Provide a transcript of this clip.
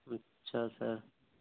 اچھا سر